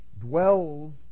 dwells